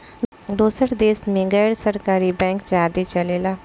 दोसर देश मे गैर सरकारी बैंक ज्यादे चलेला